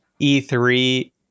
E3